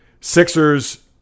Sixers